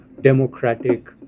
democratic